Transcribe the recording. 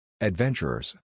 Adventurers